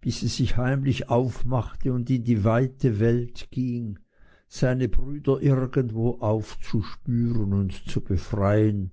bis es sich heimlich aufmachte und in die weite welt ging seine brüder irgendwo aufzuspüren und zu befreien